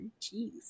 Jeez